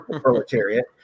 proletariat